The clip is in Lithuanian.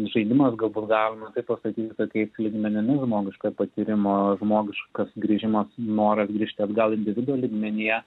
žaidimas galbūt galima taip pasakyti kaip lygmenimis žmogiškojo patyrimo žmogiškas grįžimas noras grįžti atgal individo lygmenyje